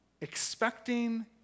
expecting